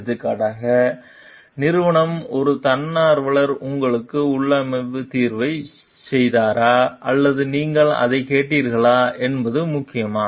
எடுத்துக்காட்டாக நிறுவனம் ஒரு தன்னார்வலர் உங்களுக்கு உள்ளமைவு தீர்வைச் செய்தாரா அல்லது நீங்கள் அதைக் கேட்கிறீர்களா என்பது முக்கியமா